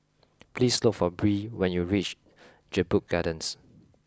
please look for Bree when you reach Jedburgh Gardens